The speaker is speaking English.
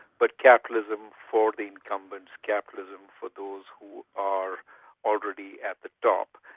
but capitalism for the incumbents, capitalism for those who are already at the top,